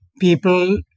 People